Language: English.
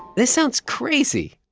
this sounds crazy.